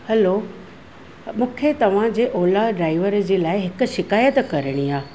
हलो मूंखे तव्हांजे Ola driver जे लाइ हिक शिकायत करणी आहे